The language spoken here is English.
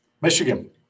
Michigan